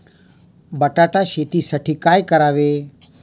बटाटा शेतीसाठी काय करावे?